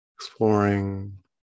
exploring